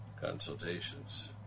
consultations